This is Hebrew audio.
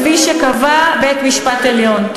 כפי שקבע בית-המשפט העליון.